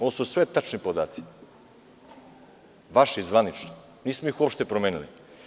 Ovo su sve tačni podaci, vaši zvanični, nismo ih uopšte promenili.